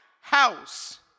house